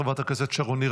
חברת הכנסת שרון ניר,